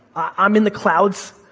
i'm in the clouds,